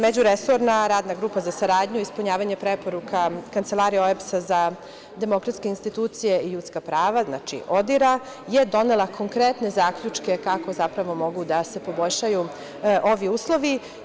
Međuresorna Radna grupa za saradnju i ispunjavanje preporuka Kancelarija OEBS-a za demokratske institucije i ljudska prava, znači ODIR-a, je donela konkretne zaključke kako zapravo mogu da se poboljšaju ovi uslovi.